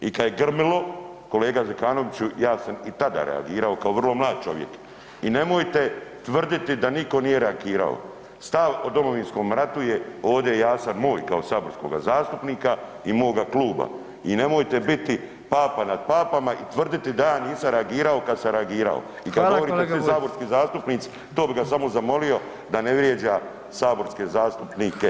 I kad je grmilo, kolega Zekanoviću, ja sam i tada reagirao kao vrlo mlad čovjek i nemojte tvrditi da nitko nije reagirao, stav o Domovinskom ratu je ovdje jasan, moj kao saborskoga zastupnika i moga kluba i nemojte biti papa nad papama i tvrditi da ja nisam reagirao kad sam reagirao i kad govorite o svim saborskim zastupnicima, to bi ga samo zamolio da ne vrijeđa saborske zastupnike.